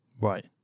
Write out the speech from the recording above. Right